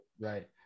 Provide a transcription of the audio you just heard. right